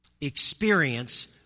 experience